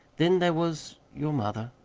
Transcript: then there was your mother.